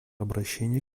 обращение